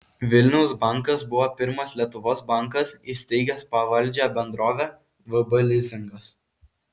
vilniaus bankas buvo pirmas lietuvos bankas įsteigęs pavaldžią bendrovę vb lizingas